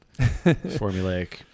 formulaic